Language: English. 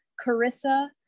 Carissa